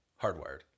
Hardwired